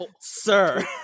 Sir